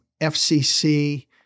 fcc